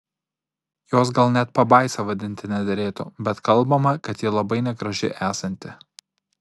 jos gal net pabaisa vadinti nederėtų bet kalbama kad ji labai negraži esanti